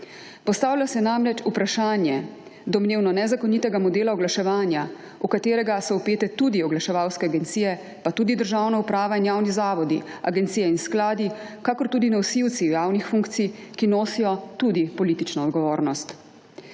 Postavlja se namreč vprašanje domnevno nezakonitega modela oglaševanja, v katerega so vpete tudi oglaševalske agencije, pa tudi državna uprava in javni zavodi, agencije in skladi, kakor tudi nosilci javnih funkcij, ki nosijo tudi politično odgovornost.